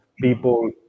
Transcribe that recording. people